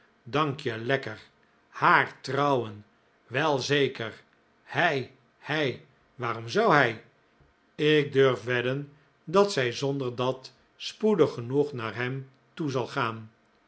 dank je lekker haar trouwen welzeker hij hij waarom zou hij ik durf wedden dat zij zonder dat spoedig genoeg naar hem toe zal gaan